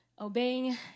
obeying